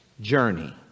journey